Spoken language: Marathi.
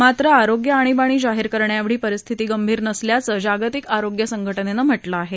मात्र आरोग्य आणीबाणी जाहीर करण्याएवढी परिस्थिती गंभीर नाही असं जागतिक आरोग्य संघ जेनं म्हा जे आहे